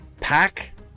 pack